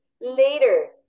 later